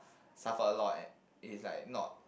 suffer a lot and he's like not